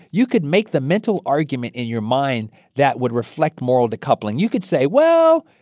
you could make the mental argument in your mind that would reflect moral decoupling. you could say, well,